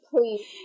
Please